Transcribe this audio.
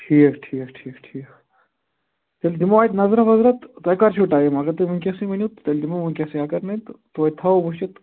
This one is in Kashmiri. ٹھیٖک ٹھیٖک ٹھیٖک ٹھیٖک تیٚلہِ دِمو اتہِ نَظراہ وَظراہ تہٕ تُہۍ کٔر چھُوٕ ٹایم اَگر تُہۍ وُنکیسٕے ؤنِو تیٚلہِ دِمو وُنکیٚس اَگر نَے تہٕ توتہِ تھاوَو وُچھِتھ